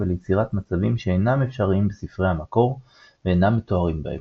וליצירת מצבים שאינם אפשריים בספרי המקור ואינם מתוארים בהם.